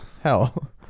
hell